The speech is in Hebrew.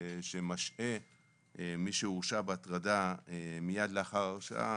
שמשעה מי שהורשע בהטרדה מיד לאחר הרשעה,